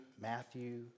Matthew